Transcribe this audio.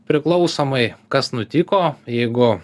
priklausomai kas nutiko jeigu